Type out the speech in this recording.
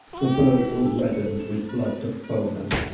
the burg was reddened with blood of foemen,